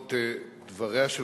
ההצבעה.